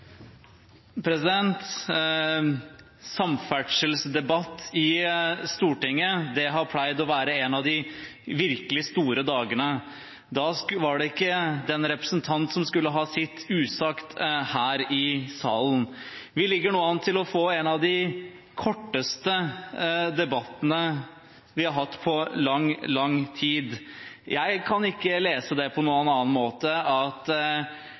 ikke den representant som skulle ha sitt usagt her i salen. Vi ligger nå an til å få en av de korteste debattene vi har hatt på lang, lang tid. Jeg kan ikke lese det på noen annen måte enn at